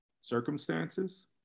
circumstances